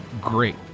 great